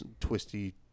twisty